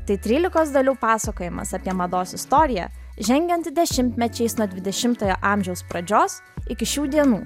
tai trylikos dalių pasakojimas apie mados istoriją žengiant dešimtmečiais nuo dvidešimtojo amžiaus pradžios iki šių dienų